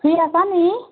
free আছ' নি